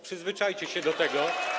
Przyzwyczajcie się do tego.